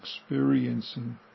experiencing